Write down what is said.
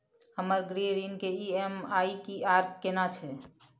हमर गृह ऋण के ई.एम.आई की आर केना छै?